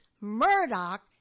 Murdoch